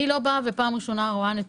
אני לא רואה נתונים בפעם הראשונה פה,